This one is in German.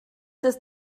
ist